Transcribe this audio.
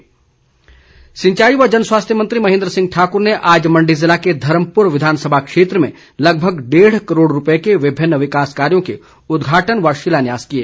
महेन्द्र सिंह सिंचाई व जन स्वास्थ्य मंत्री महेन्द्र सिंह ठाकुर ने आज मण्डी जिले के धर्मपुर विधानसभा क्षेत्र में लगभग डेढ़ करोड़ रूपए के विभिन्न विकास कार्यों के उद्घाटन व शिलान्यास किए